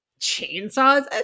chainsaws